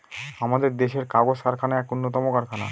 আমাদের দেশের কাগজ কারখানা এক উন্নতম কারখানা